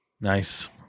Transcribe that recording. nice